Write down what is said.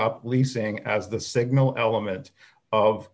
up leasing as the signal element of